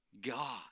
God